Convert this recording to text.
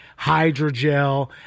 hydrogel